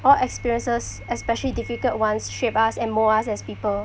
all experiences especially difficult ones shape us and mould us as people